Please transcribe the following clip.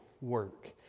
work